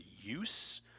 use